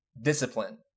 discipline